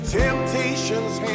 temptations